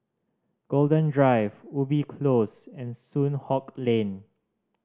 Golden Drive Ubi Close and Soon Hock Lane